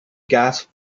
gas